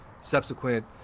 subsequent